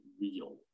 real